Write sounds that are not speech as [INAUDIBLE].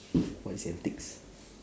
[NOISE] what is antics